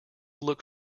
look